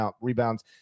rebounds